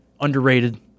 underrated